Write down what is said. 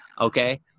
Okay